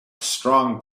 strong